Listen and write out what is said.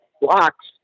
blocks